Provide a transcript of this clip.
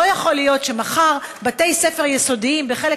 לא יכול להיות שמחר בתי ספר יסודיים בחלק